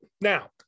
Now